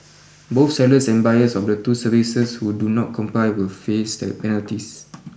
both sellers and buyers of the two services who do not comply will face penalties